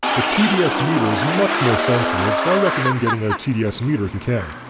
a tds meter is much more sensitive so i recommend getting a tds meter if you can.